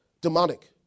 Demonic